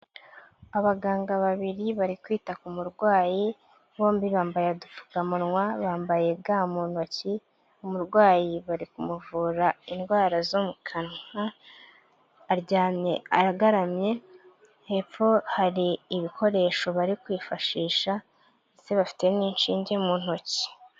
Abaganga babiri bari kwita ku murwayi, bombi bambaye udupfukamunwa bambaye ga mu ntoki, umurwayi bari kumuvura indwara zo mu kanwa, aryamye agaramye hepfo hari ibikoresho bari kwifashisha ndetse bafite n'inshinge mu ntoki.